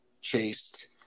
chased